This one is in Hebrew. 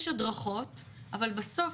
יש הדרכות אבל בסוף,